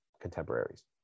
contemporaries